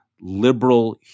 liberal